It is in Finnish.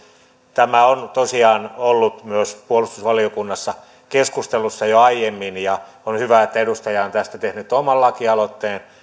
tämä on tosiaan ollut myös puolustusvaliokunnassa keskustelussa jo aiemmin ja on hyvä että edustaja on tästä tehnyt oman lakialoitteen